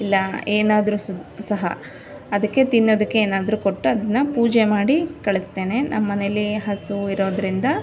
ಇಲ್ಲಾ ಏನಾದರೂ ಸಹ ಅದಕ್ಕೆ ತಿನ್ನೋದಕ್ಕೆ ಏನಾದರೂ ಕೊಟ್ಟು ಅದನ್ನ ಪೂಜೆ ಮಾಡಿ ಕಳಿಸ್ತೇನೆ ನಮ್ಮ ಮನೆಯಲ್ಲಿ ಹಸೂ ಇರೋದ್ರಿಂದ